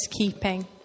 keeping